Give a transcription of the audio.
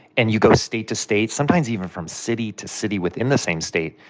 and you go state to state, sometimes even from city to city within the same state.